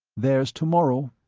there's tomorrow.